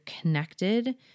connected